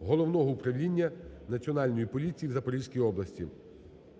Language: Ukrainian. Головного управління Національної поліції в Запорізькій області.